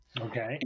Okay